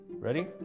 Ready